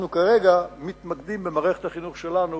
אנחנו כרגע מתמקדים במערכת החינוך שלנו